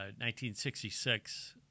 1966